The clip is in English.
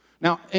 Now